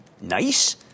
nice